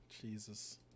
Jesus